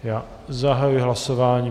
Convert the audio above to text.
Já zahajuji hlasování.